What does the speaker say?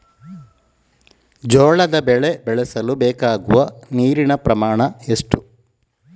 ಜೋಳದ ಬೆಳೆ ಬೆಳೆಸಲು ಬೇಕಾಗುವ ನೀರಿನ ಪ್ರಮಾಣ ಎಷ್ಟು?